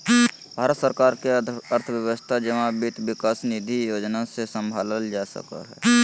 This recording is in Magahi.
भारत सरकार के अर्थव्यवस्था जमा वित्त विकास निधि योजना से सम्भालल जा सको हय